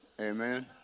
Amen